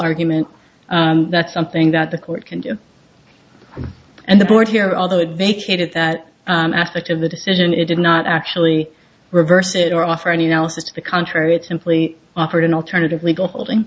argument that's something that the court can do and the board here although it vacated that aspect of the decision it did not actually reverse it or offer any analysis to the contrary it simply offered an alternative legal holding